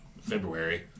february